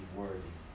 worthy